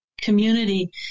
community